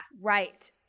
Right